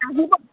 আহিব